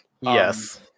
Yes